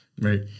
Right